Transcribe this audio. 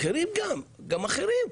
גם אחרים.